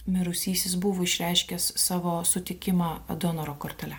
mirusysis buvo išreiškęs savo sutikimą donoro kortele